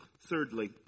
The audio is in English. Thirdly